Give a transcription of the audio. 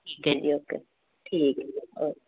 ਠੀਕ ਹੈ ਜੀ ਓਕੇ ਠੀਕ ਹੈ ਜੀ ਓਕੇ